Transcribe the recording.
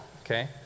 okay